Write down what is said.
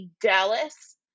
dallas